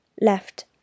left